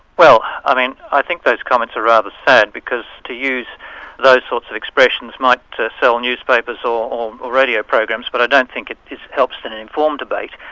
well i mean, i think those comments are rather sad, because to use those sorts of expressions might sell newspapers or or radio programs, but i don't think it helps an an informed debate.